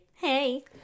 hey